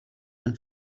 than